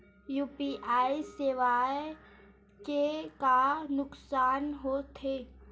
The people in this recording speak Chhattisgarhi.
यू.पी.आई सेवाएं के का नुकसान हो थे?